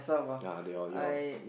uh they all your